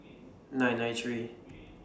nine nine three